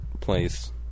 place